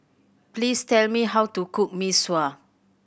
please tell me how to cook Mee Sua